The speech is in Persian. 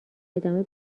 ادامه